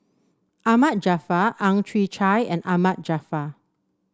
Ahmad Jaafar Ang Chwee Chai and Ahmad Jaafar